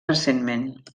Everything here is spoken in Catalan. recentment